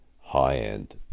high-end